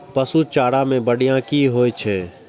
पशु चारा मैं बढ़िया की होय छै?